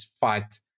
fight